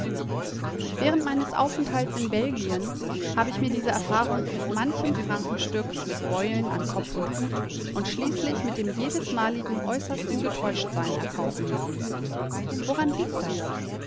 während meines aufenthalts in belgien hab ich mir diese erfahrung mit manchem frankenstück mit beulen an kopf und hut und schließlich mit dem jedesmaligen äußersten getäuschtsein erkaufen müssen woran liegt das